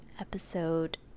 episode